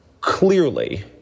clearly